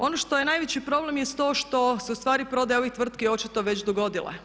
Ono što je najveći problem jest to što se ustvari prodaja ovih tvrtki očito već dogodila.